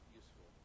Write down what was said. useful